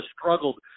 struggled